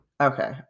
Okay